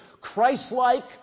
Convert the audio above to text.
Christ-like